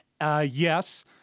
Yes